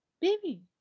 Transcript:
baby